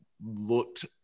looked